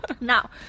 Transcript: Now